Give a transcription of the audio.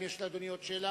האם יש לאדוני עוד שאלה,